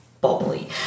Bubbly